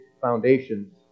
foundations